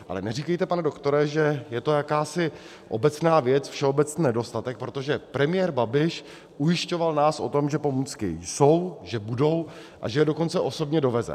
Ale neříkejte, pane doktore, že je to jakási obecná věc, všeobecný nedostatek, protože premiér Babiš ujišťoval nás o tom, že pomůcky jsou, že budou, a že je dokonce osobně doveze.